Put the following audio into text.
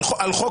על חוק